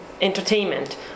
Entertainment